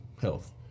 health